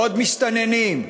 לעוד מסתננים?